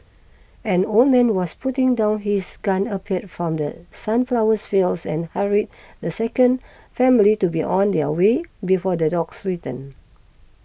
an old man was putting down his gun appeared from the sunflower fields and hurried the second family to be on their way before the dogs return